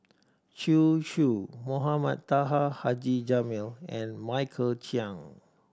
Zhu Xu Mohamed Taha Haji Jamil and Michael Chiang